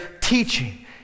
teaching